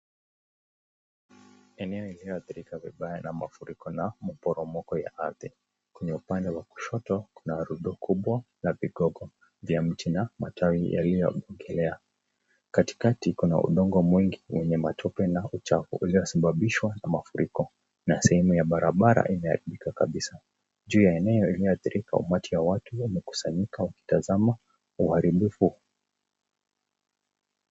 Eneo inayoathirika vibaya na mafuriko kuna mporomoko wa ardhi kwenye upande wa kushoto kuna